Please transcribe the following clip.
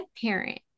parent